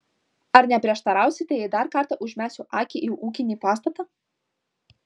ar neprieštarausite jei dar kartą užmesiu akį į ūkinį pastatą